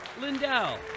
Lindell